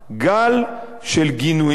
גל של גינויים.